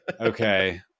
Okay